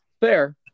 Fair